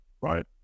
right